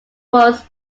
was